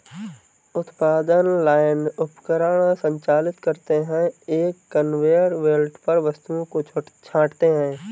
उत्पादन लाइन उपकरण संचालित करते हैं, एक कन्वेयर बेल्ट पर वस्तुओं को छांटते हैं